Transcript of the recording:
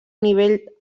nivell